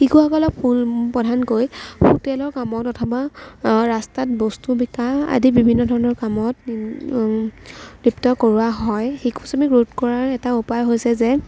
শিশুসকলক প্ৰধানকৈ হোটেলৰ কামত অথবা ৰাষ্টাত বস্তু বিকা আদি বিভিন্ন ধৰণৰ কামত লিপ্ত কৰোৱা হয় শিশু শ্ৰমিক ৰোধ কৰাৰ এটা উপায় হৈছে যে